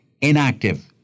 inactive